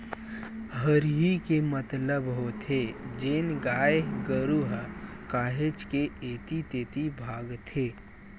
हरही के मतलब होथे जेन गाय गरु ह काहेच के ऐती तेती भागथे